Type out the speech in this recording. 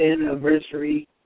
anniversary